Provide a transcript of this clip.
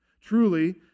Truly